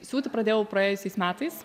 siūti pradėjau praėjusiais metais